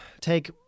take